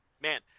Man